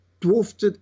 dwarfed